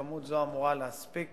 כמות זו אמורה להספיק